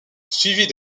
suivie